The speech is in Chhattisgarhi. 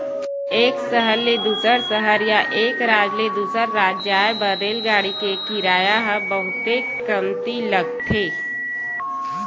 एक सहर ले दूसर सहर या एक राज ले दूसर राज जाए बर रेलगाड़ी के किराया ह बहुते कमती लगथे